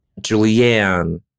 Julianne